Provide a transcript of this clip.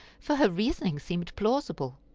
for her reasoning seemed plausible.